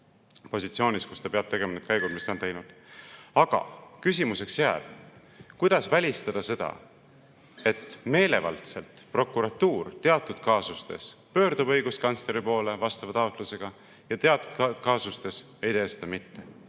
positsioonis, kus ta peab tegema need käigud, mis ta on teinud. Aga küsimuseks jääb, kuidas välistada seda, et meelevaldselt prokuratuur teatud kaasustes pöördub õiguskantsleri poole vastava taotlusega ja teatud kaasustes ei tee seda mitte.